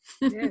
yes